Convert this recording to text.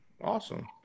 Awesome